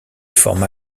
forma